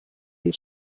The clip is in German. die